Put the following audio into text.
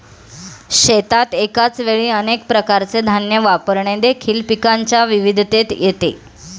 शेतात एकाच वेळी अनेक प्रकारचे धान्य वापरणे देखील पिकांच्या विविधतेत येते